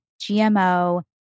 GMO